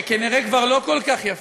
שכנראה כבר לא כל כך יפים,